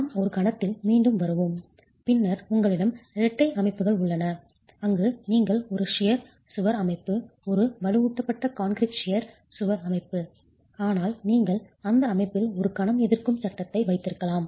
நாம் ஒரு கணத்தில் மீண்டும் வருவோம் பின்னர் உங்களிடம் இரட்டை அமைப்புகள் உள்ளன அங்கு நீங்கள் ஒரு ஷியர் கத்தரிப்பது சுவர் அமைப்பு ஒரு வலுவூட்டப்பட்ட கான்கிரீட் ஷியர் கத்தரிப்பது சுவர் அமைப்பு ஆனால் நீங்கள் அந்த அமைப்பில் ஒரு கணம் எதிர்க்கும் சட்டத்தை வைத்திருக்கலாம்